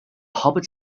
hobbits